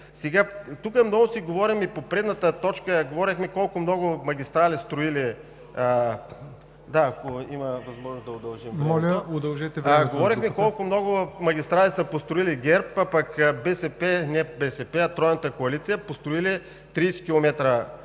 ГЕОРГИ ГЬОКОВ: По предната точка говорихме колко много магистрали са построили ГЕРБ, а пък БСП, не БСП, а Тройната коалиция построили 30 км